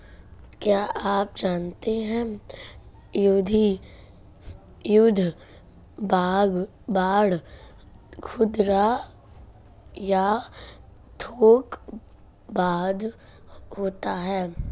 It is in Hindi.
क्या आप जानते है युद्ध बांड खुदरा या थोक बांड होते है?